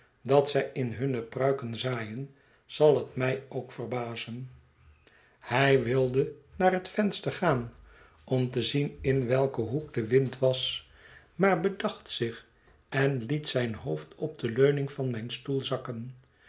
dat zij in hunne pruiken zaaien zal ik mij ook verbazen hij wilde naar het venster gaan om te zien in welken hoek de wind was maar bedacht zich én liet zijn hoofd op de leuning van mijn stoel zakken